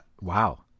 Wow